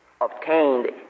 obtained